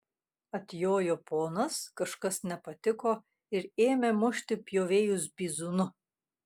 atjojo ponas kažkas nepatiko ir ėmė mušti pjovėjus bizūnu